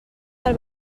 del